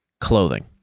clothing